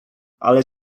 ale